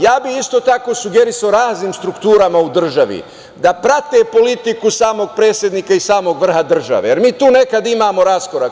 Ja bih isto tako sugerisao raznim strukturama u državi da prate politiku samog predsednika i samog vrha države, jer mi tu nekada imamo raskorak.